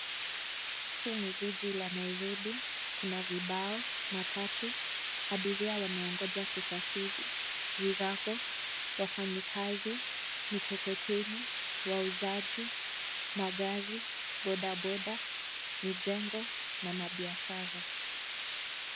Hili ni jiji la Nairobi. Kuna vibao, matatu, abiria wanaongoja kusafiri, virago, wafanyikazi, mikokoteni, wauzaji, magari, bodaboda, mijengo na mabiashara